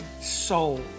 soul